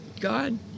God